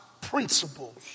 principles